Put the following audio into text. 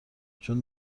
چون